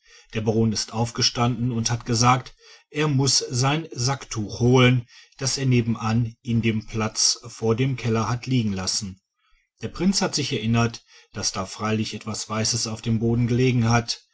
der baron ist aufgestanden und hat gesagt er muß sein sacktuch holen das er nebenan in dem platz vor dem keller hat liegen lassen der prinz hat sich erinnert daß da freilich etwas weißes auf dem boden gelegen hat